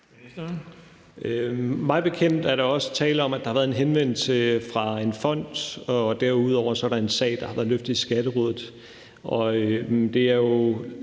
Mig bekendt er der tale om, at der har været en henvendelse fra en fond, og derudover er der en sag, der har været løftet i Skatterådet.